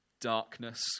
darkness